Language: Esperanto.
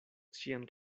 ŝian